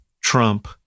Trump